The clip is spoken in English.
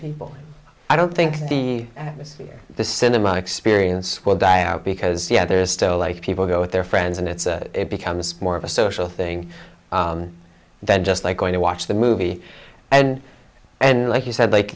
people i don't think the atmosphere the cinema experience will die out because yeah there's still life people go with their friends and it's a it becomes more of a social thing than just like going to watch the movie and and like you said